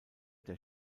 der